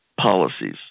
policies